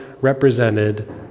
represented